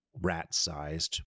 rat-sized